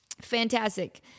Fantastic